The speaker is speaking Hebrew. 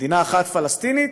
מדינה אחת פלסטינית,